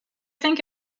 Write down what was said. think